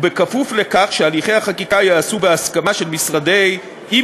ובכפוף לכך שהליכי החקיקה ייעשו בהסכמה עם משרדי